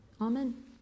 Amen